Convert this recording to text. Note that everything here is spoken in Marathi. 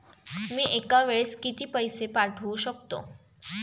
मी एका वेळेस किती पैसे पाठवू शकतो?